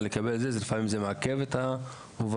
לקבל את זה לפעמים זה מעכב את ההובלה?